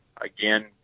again